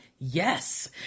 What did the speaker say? Yes